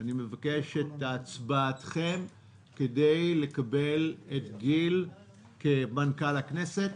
אני מבקש את הצבעתכם כדי לקבל את גיל כמנכ"ל הכנסת.